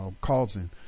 causing